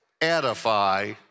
edify